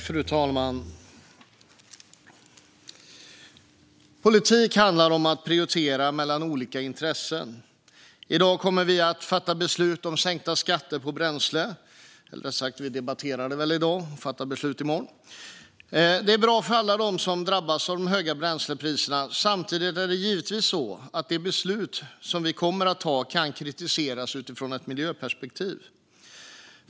Fru talman! Politik handlar om att prioritera mellan olika intressen. I dag kommer vi att fatta beslut om sänkta skatter på bränsle - eller rättare sagt: Vi debatterar det i dag och fattar beslut i morgon. Det är bra för alla de som drabbas av de höga bränslepriserna. Samtidigt är det givetvis så att det beslut som vi kommer att ta kan kritiseras ur ett miljöperspektiv.